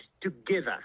together